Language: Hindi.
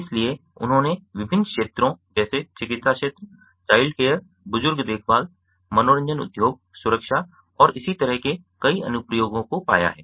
इसलिए उन्होंने विभिन्न क्षेत्रों जैसे चिकित्सा क्षेत्र चाइल्डकैअर बुजुर्ग देखभाल मनोरंजन उद्योग सुरक्षा और इसी तरह के कई अनुप्रयोगों को पाया है